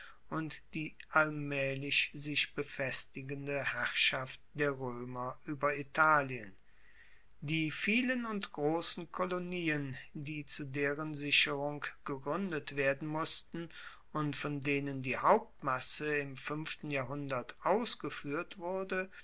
und die allmaehlich sich befestigende herrschaft der roemer ueber italien die vielen und grossen kolonien die zu deren sicherung gegruendet werden mussten und von denen die hauptmasse im fuenften jahrhundert ausgefuehrt wurde